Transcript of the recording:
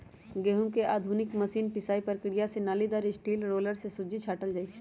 गहुँम के आधुनिक मशीन पिसाइ प्रक्रिया से नालिदार स्टील रोलर से सुज्जी छाटल जाइ छइ